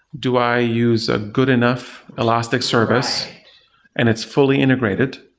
do i use a good enough elastic service and it's fully integrated?